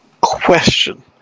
Question